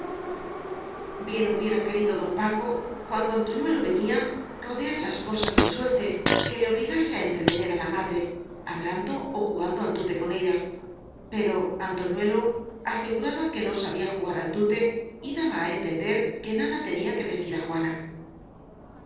bien hubiera querido don paco cuando anto ñuelo venía rodear las cosas de suerte que le obli gase á entretener á la madre hablando ó jugando al tute con ella pero antoñuelo aseguraba'que no sabía jugar al tute y daba á entender que nada te nía que decir á juana con